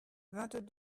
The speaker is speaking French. vingt